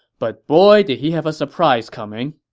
but boy did he have a surprise coming